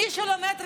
מי שלומד רפואה,